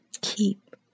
Keep